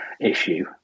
issue